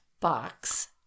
box